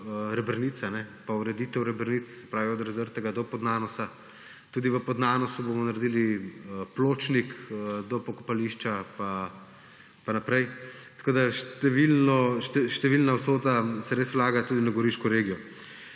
Rebrnice in ureditev Rebrnic, se pravi od Razdrtega do Podnanosa. Tudi v Podnanosu bomo naredili pločnik do pokopališča in naprej. Tako da številna vsota se res vlaga tudi v Goriško regijo.